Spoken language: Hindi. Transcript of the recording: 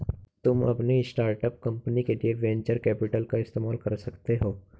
तुम अपनी स्टार्ट अप कंपनी के लिए वेन्चर कैपिटल का इस्तेमाल कर सकते हो